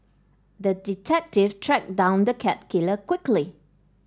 the detective tracked down the cat killer quickly